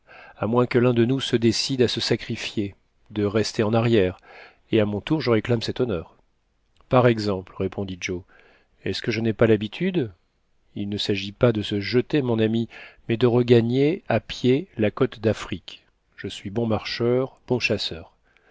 à moins que l'un de nous se décide à se sacrifier de rester en arrière et à mon tour je réclame cet honneur par exemple répondit joe est-ce que je n'ai pas l'habitude il ne s'agit pas de se jeter mon ami mais de regagner à pied la côte d'afrique je suis bon marcheur bon chasseur